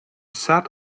sat